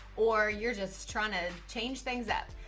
or you're just trying to change things up.